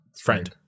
Friend